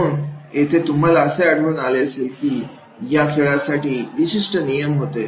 म्हणून येथे तुम्हाला असे आढळून आले असेल की या खेळासाठी विशिष्ट नियम होते